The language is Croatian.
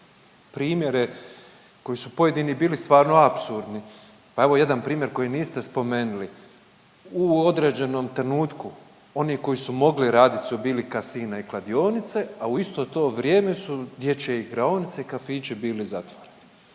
primjere koji su pojedini bili stvarno apsurdni, pa evo jedan primjer koji niste spomenuli. U određenom trenutku oni koji su mogli radit su bili casina i kladionice, a u isto to vrijeme su dječje igraonice i kafići bili zatvoreni,